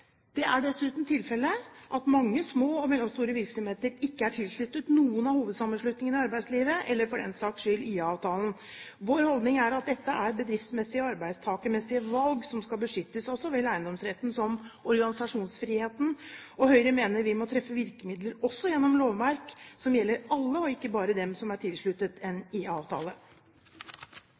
Det er dessuten tilfelle at mange små og mellomstore virksomheter ikke er tilsluttet noen av hovedsammenslutningene i arbeidslivet, eller for den saks skyld IA-avtalen. Vår holdning er at dette er bedriftsmessige og arbeidstakermessige valg som skal beskyttes av så vel eiendomsretten som organisasjonsfriheten, og Høyre mener vi må treffe virkemidler også gjennom lovverk som gjelder alle, ikke bare dem som er tilsluttet